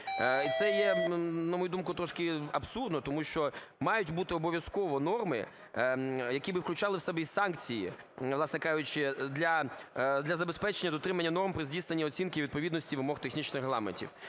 Це є, на мою думку, трошки абсурдно, тому що мають бути обов'язково норми, які би включали в себе і санкції, власне кажучи, для забезпечення дотримання норм при здійсненні оцінки відповідності вимог технічних регламентів.